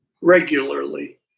Regularly